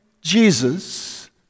Jesus